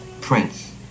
Prince